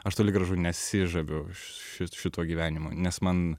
aš toli gražu nesižaviu ši šituo gyvenimu nes man